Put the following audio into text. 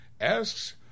asks